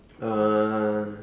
ah